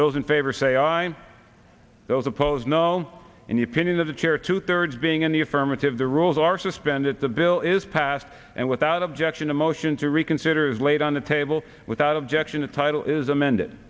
those in favor say aye those opposed no in the opinion of the chair two thirds being in the affirmative the rules are suspended the bill is passed and without objection a motion to reconsider is laid on the table without objection the title is amended